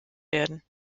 werden